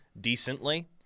decently